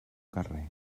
carrer